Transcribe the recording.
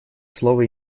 слово